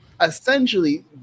essentially